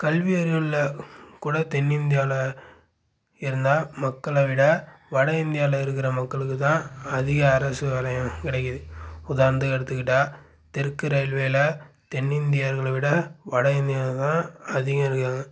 கல்வியறிவில் கூட தென்னிந்தியாவில் இருந்த மக்களை விட வடஇந்தியாவில் இருக்கிற மக்களுக்குத்தான் அதிகம் அரசு வேலையும் கிடைக்குது உதாரணத்துக்கு எடுத்துக்கிட்டால் தெற்கு ரயில்வேயில் தென்னிந்தியர்களை விட வடஇந்தியர்கள் தான் அதிகம் இருக்காங்க